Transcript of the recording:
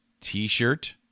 T-shirt